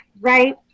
right